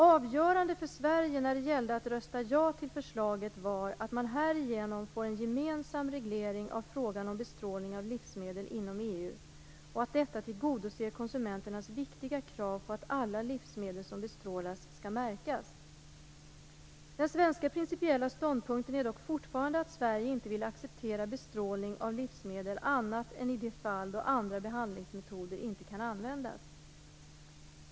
Avgörande för Sverige när det gällde att rösta ja till förslaget var att man härigenom får en gemensam reglering av frågan om bestrålning av livsmedel inom EU och att detta tillgodoser konsumenternas viktiga krav på att alla livsmedel som bestrålas skall märkas. Den svenska principiella ståndpunkten är dock fortfarande att Sverige inte vill acceptera bestrålning av livsmedel annat än i de fall då andra behandlingsmetoder inte kan användas.